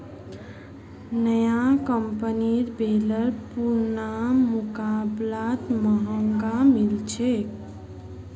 नया कंपनीर बेलर पुरना मुकाबलात महंगा मिल छेक